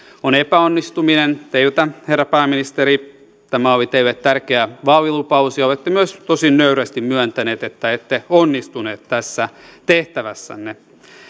on epäonnistuminen teiltä herra pääministeri tämä oli teille tärkeä vaalilupaus ja olette myös tosi nöyrästi myöntänyt että ette onnistunut tässä tehtävässänne